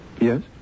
Yes